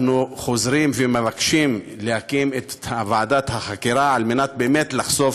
אנחנו חוזרים ומבקשים להקים את ועדת החקירה על מנת באמת לחשוף